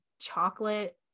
chocolate